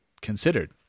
considered